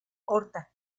horta